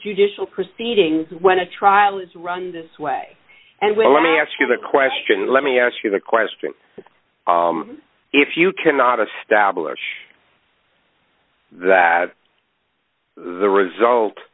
judicial proceedings when a trial is run this way and well let me ask you the question let me ask you the question if you cannot establish the result